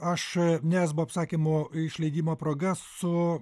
aš nesbo apsakymų išleidimo proga su